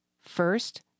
First